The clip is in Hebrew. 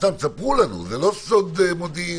סתם, תספרו לנו, זה לא סוד מודיעין.